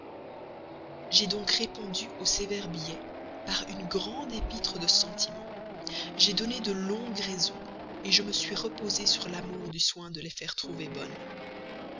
j'ai donc répondu au sévère billet par une grande épître de sentiments j'ai donné de longues raisons je me suis reposé sur l'amour du soin de les faire trouver bonnes